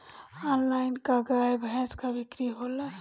Online का गाय भैंस क बिक्री होला?